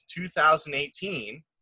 2018